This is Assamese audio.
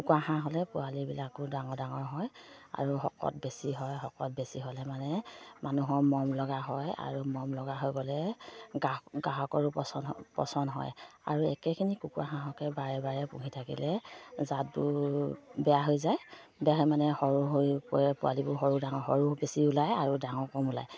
কুকুৰা হাঁহ হ'লে পোৱালিবিলাকো ডাঙৰ ডাঙৰ হয় আৰু শকত বেছি হয় শকত বেছি হ'লে মানে মানুহৰ মৰম লগা হয় আৰু মৰম লগা হৈ গ'লে গাহ গ্ৰাহকৰো পচন্দ পচন হয় আৰু একেখিনি কুকুৰা হাঁহকে বাৰে বাৰে পুহি থাকিলে জাতবোৰ বেয়া হৈ যায় বেয়া হয় মানে সৰু হৈ পৰে পোৱালিবোৰ সৰু ডাঙৰ সৰু বেছি ওলায় আৰু ডাঙৰ কম ওলায়